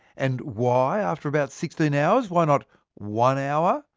and why after about sixteen hours? why not one hour,